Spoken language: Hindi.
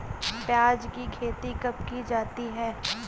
प्याज़ की खेती कब की जाती है?